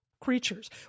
creatures